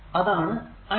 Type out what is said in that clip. ഇതാണ് idt